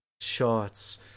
shots